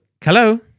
hello